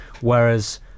whereas